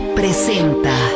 presenta